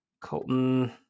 Colton